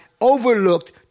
overlooked